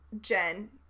jen